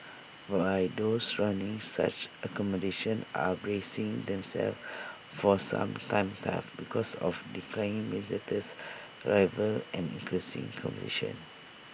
but I those running such accommodation are bracing themselves for some tough times because of declining visitors arrivals and increasing competition